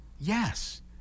Yes